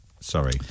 Sorry